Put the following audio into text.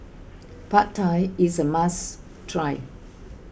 Pad Thai is a must try